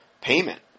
payment